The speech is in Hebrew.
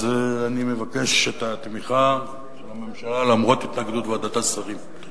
אז אני מבקש את התמיכה של הממשלה למרות התנגדות ועדת השרים.